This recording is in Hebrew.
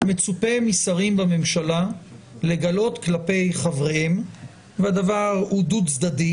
מצופה משרים בממשלה לגלות כלפי חבריהם - והדבר הוא דו צדדי,